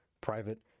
private